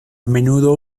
menudo